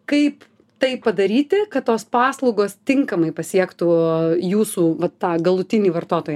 kaip tai padaryti kad tos paslaugos tinkamai pasiektų jūsų va tą galutinį vartotoją